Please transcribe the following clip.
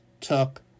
took